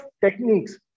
techniques